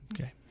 Okay